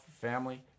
family